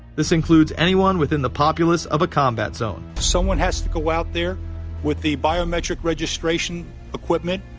this includes anyone within the populace of a combat zone. someone has to go out there with the biometric registration equipment,